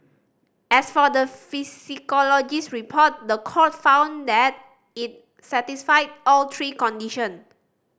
as for the psychologist report the court found that it satisfied all three condition